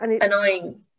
annoying